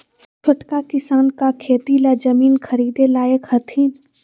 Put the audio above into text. छोटका किसान का खेती ला जमीन ख़रीदे लायक हथीन?